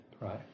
Right